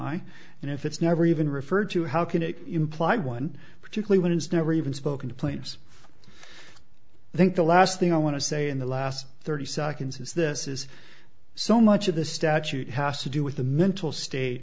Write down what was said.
i and if it's never even referred to how can it imply one particularly when it's never even spoken to players i think the last thing i want to say in the last thirty seconds is this is so much of the statute has to do with the mental state